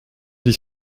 dix